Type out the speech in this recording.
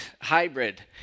hybrid